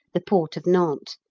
the port of nantes.